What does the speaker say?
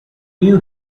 new